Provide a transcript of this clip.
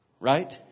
Right